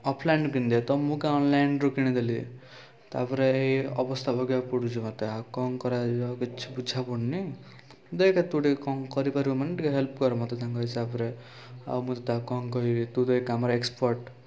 ଅଫଲାଇନରୁ କିଣିଦେ ତ ମୁଁ ତ ଅନଲାଇନରୁ କିଣିଦେଲି ତା'ପରେ ଏ ଅବସ୍ଥା ଭୋଗିବାକୁ ପଡ଼ୁଛି ମୋତେ ଆଉ କ'ଣ କରାଯିବ କିଛି ବୁଝା ପଡ଼ୁନି ଦେଖେ ତୁ ଟିକିଏ କ'ଣ କରିପାରିବୁ ମାନେ ଟିକିଏ ହେଲ୍ପ କର ମୋତେ ସାଙ୍ଗ ହିସାବରେ ଆଉ ମୁଁ ତୋତେ କ'ଣ କହିବି ତୁ ତ ଏ କାମରେ ଏକ୍ସପର୍ଟ